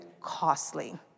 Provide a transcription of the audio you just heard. costly